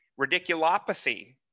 radiculopathy